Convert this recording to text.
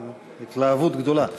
זו התלהבות גדולה.